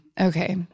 Okay